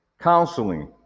counseling